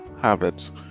habits